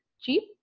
cheap